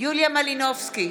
יוליה מלינובסקי